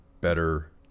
better